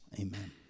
Amen